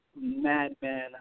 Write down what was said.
madman